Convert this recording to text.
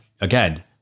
again